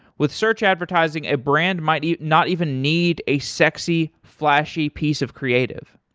with search advertising, a brand might not even need a sexy, flashy piece of creative.